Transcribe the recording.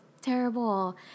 terrible